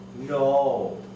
no